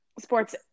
sports